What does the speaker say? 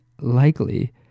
likely